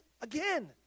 again